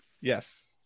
Yes